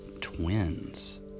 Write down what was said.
twins